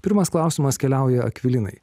pirmas klausimas keliauja akvilinai